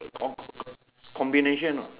all combination ah